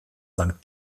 sankt